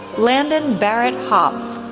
landon barrett hopf,